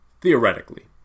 theoretically